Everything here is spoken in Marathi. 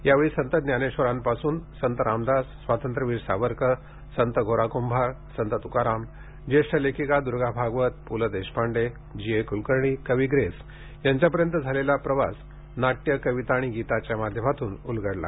यावेळी संत ज्ञानेश्वरापासून ते संत रामदास स्वातंत्र्यवीर सावरकर संत गोरा कुंभार संत तुकाराम ज्येष्ठ लेखिका दूर्गा भागवत पुलं देशपांडे जीए कुलकर्णी कवी ग्रेस यांच्यापर्यंत झालेला प्रवास नाट्य कविता आणि गीताच्या माध्यमातून उलगडला